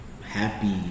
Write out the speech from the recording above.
Happy